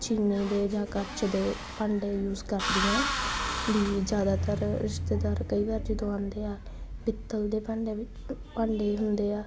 ਚੀਨੀ ਦੇ ਜਾ ਕੱਚ ਦੇ ਡਾਂਡੇ ਯੂਜ ਕਰਦੀ ਆ ਵੀ ਜਿਆਦਾਤਰ ਰਿਸ਼ਤੇਦਾਰ ਕਈ ਵਾਰ ਜਦੋਂ ਆਉਂਦੇ ਆ ਪਿੱਤਲ ਦੇ ਡਾਂਡੇ ਵੀ ਭਾਂਡੇ ਹੁੰਦੇ ਆ